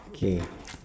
K